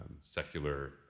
secular